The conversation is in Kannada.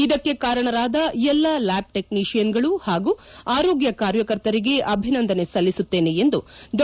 ಇದಕ್ಕೆ ಕಾರಣರಾದ ಎಲ್ಲಾ ಲ್ಲಾಬ್ ಟೆಕ್ನೀಸೀಯನ್ಗಳು ಹಾಗೂ ಆರೋಗ್ಲ ಕಾರ್ಯಕರ್ತರಿಗೆ ಅಭಿನಂದನೆ ಸಲ್ಲಿಸುತ್ತೇನೆ ಎಂದು ಡಾ